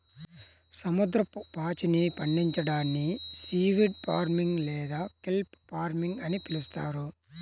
సముద్రపు పాచిని పండించడాన్ని సీవీడ్ ఫార్మింగ్ లేదా కెల్ప్ ఫార్మింగ్ అని పిలుస్తారు